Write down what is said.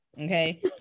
okay